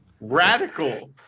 Radical